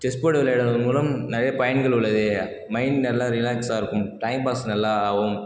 chess board விளையாடுவதன் மூலம் நிறைய பயன்கள் உள்ளது மைண்ட் நல்ல ரிலாக்ஸ்ஸ இருக்கும் டைம்பாஸ் நல்லா ஆகும்